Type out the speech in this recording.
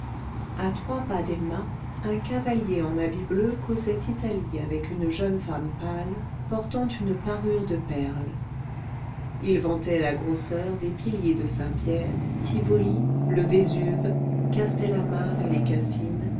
à trois pas d'emma un cavalier en habit bleu causait italie avec une jeune femme pâle portant une parure de perles ils vantaient la grosseur des piliers de saint-pierre tivoli le vésuve castellamare et les cassines